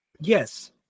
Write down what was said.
Yes